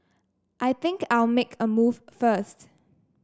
I think I'll make a move first